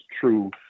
true